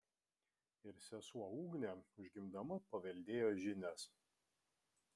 ir sesuo ugnė užgimdama paveldėjo žinias